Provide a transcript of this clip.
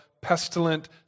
pestilent